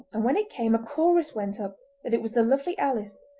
and when it came a chorus went up that it was the lovely alice,